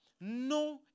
No